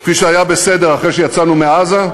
כפי שהיה בסדר אחרי שיצאנו מעזה?